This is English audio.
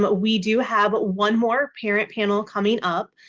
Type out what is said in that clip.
but we do have one more parent panel coming up.